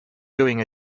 doing